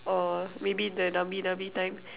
or maybe the nabi nabi time